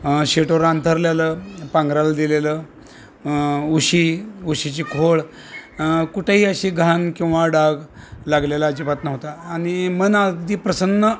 शीटवर आंथरलेलं पांघरायला दिलेलं उशी उशीची खोळ कुठेही अशी घाण किंवा डाग लागलेला अजिबात नव्हता आणि मन अगदी प्रसन्न